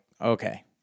okay